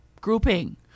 grouping